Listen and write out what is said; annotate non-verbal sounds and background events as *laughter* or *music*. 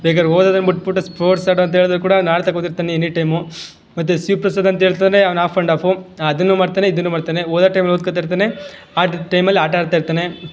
ಬೇಕಾದರೆ ಓದೋದನ್ನು ಬಿಟ್ಬುಟ್ಟು ಸ್ಪೋರ್ಟ್ಸ್ ಆಡೋ ಅಂತ ಹೇಳಿದ್ರು ಕೂಡ *unintelligible* ಎನಿ ಟೈಮು ಮತ್ತು ಶಿವ ಪ್ರಸಾದ್ ಅಂತ ಹೇಳ್ತಾನೆ ಅವ್ನು ಆಫ್ ಆ್ಯಂಡ್ ಆಫು ಅದನ್ನು ಮಾಡ್ತಾನೆ ಇದನ್ನು ಮಾಡ್ತಾನೆ ಓದೋ ಟೈಮಲ್ಲಿ ಓದ್ಕೊತಿರ್ತಾನೆ ಆಟದ ಟೈಮಲ್ಲಿ ಆಟ ಆಡ್ತಾ ಇರ್ತಾನೆ